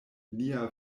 lia